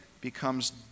becomes